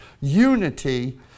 unity